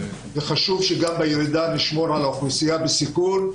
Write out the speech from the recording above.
וחשוב שגם בירידה נשמור על האוכלוסייה בסיכון,